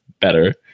better